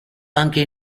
anche